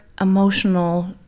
emotional